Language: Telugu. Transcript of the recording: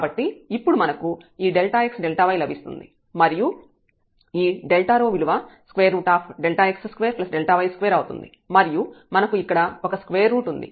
కాబట్టి ఇప్పుడు మనకు ఈ ΔxΔy లభిస్తుంది మరియు ఈ విలువ Δx2Δy2 అవుతుంది మరియు మనకు ఇక్కడ ఒక స్క్వేర్ రూట్ ఉంది